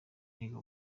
niga